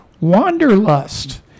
wanderlust